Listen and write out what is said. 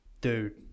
dude